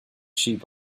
sheep